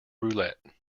roulette